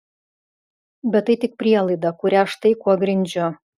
bet tai tik prielaida kurią štai kuo grindžiu